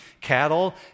cattle